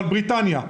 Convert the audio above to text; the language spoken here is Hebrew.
אבל בריטניה,